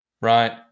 Right